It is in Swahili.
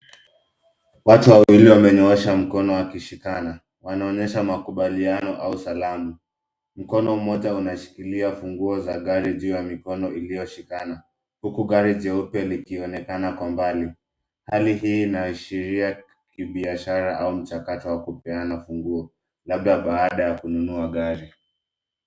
Watu wawili wamenyoosha mkono wakishikana. Wanaonyesha makubaliano au salamu. Mkono mmoja unashikilia funguo za gari juu ya mikono iliyoshikana huku gari jeupe likionekana kwa mbali. Hali hii inaashiria ni biashara au mchakato wa kupeana funguo labda baada ya kununua gari.